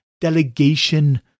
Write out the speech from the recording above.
delegation